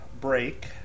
break